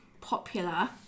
popular